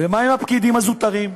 ומה עם הפקידים הזוטרים?